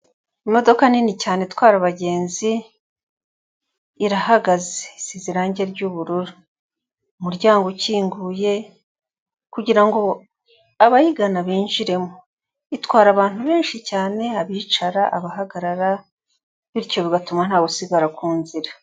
Imodoka nini cyane, itwara abagenzi, irahagaze, isize irangi ry'ubururu, umuryango ukinguye, kugira ngo abayigana binjiremo, itwara abantu benshi cyane, abicara, abahagarara, bityo bigatuma ntawusigara ku nzira.